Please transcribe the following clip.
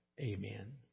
Amen